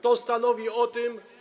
To stanowi o tym.